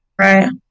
Right